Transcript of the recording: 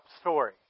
story